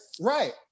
Right